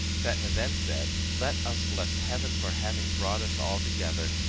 fetnah then said, let us bless heaven for having brought us all together.